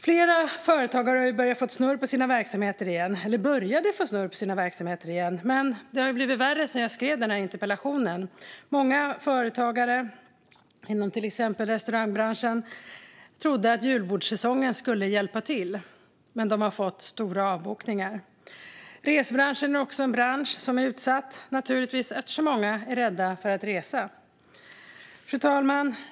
Flera företagare började få snurr på sina verksamheter igen, men det har blivit värre sedan jag skrev den här interpellationen. Många företagare inom till exempel restaurangbranschen trodde att julbordssäsongen skulle hjälpa till men har fått stora avbokningar. Resebranschen är också naturligtvis utsatt, eftersom många är rädda för att resa. Fru talman!